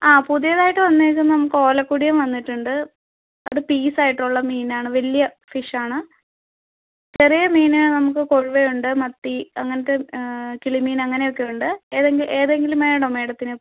ആ പുതിയതായിട്ട് വന്നിരിക്കുന്നത് നമുക്ക് ഓലക്കുടിയൻ വന്നിട്ടുണ്ട് അത് പീസായിട്ടുള്ള മീനാണ് വലിയ ഫിഷാണ് ചെറിയ മീൻ നമുക്ക് കൊഴുവയുണ്ട് മത്തി അങ്ങനത്തെ കിളിമീൻ അങ്ങനെയൊക്കെ ഉണ്ട് ഏതെങ്കിലും വേണോ മേഡത്തിന്